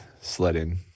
sledding